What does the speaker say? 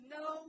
no